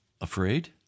afraid